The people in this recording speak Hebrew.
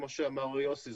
כמו שאמר יוסי,